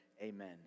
amen